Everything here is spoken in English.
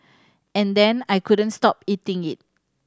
and then I couldn't stop eating it